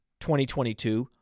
2022